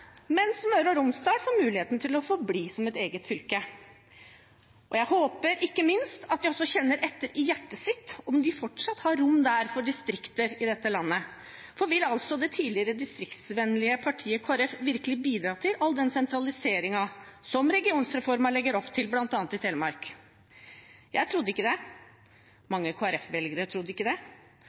mens Møre og Romsdal får muligheten til å forbli som et eget fylke. Jeg håper ikke minst at de også kjenner etter i hjertet sitt om det fortsatt er rom der for distrikter i dette landet. For vil det tidligere distriktsvennlige Kristelig Folkeparti virkelig bidra til all den sentraliseringen som regionreformen legger opp til bl.a. i Telemark? Jeg trodde ikke det. Mange Kristelig Folkeparti-velgere trodde ikke det.